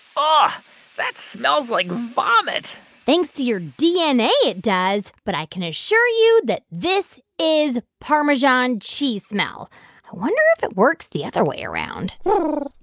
ah that smells like vomit thanks to your dna, it does. but i can assure you that this is parmesan cheese smell. i wonder if it works the other way around